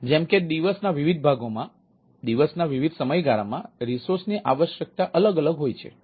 જેમ કે દિવસના વિવિધ ભાગોમાં દિવસના વિવિધ સમયગાળામાં રિસોર્સ ની આવશ્યકતા અલગ અલગ હોય છે